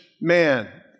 man